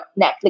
Netflix